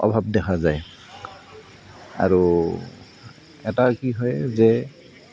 অভাৱ দেখা যায় আৰু এটা কি হয় যে